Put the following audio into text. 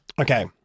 Okay